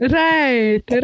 right